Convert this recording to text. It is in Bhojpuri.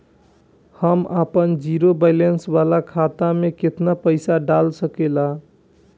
हम आपन जिरो बैलेंस वाला खाता मे केतना पईसा डाल सकेला?